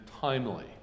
timely